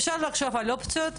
אפשר לחשוב על אופציות.